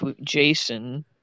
Jason